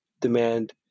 demand